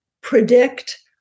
predict